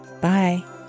Bye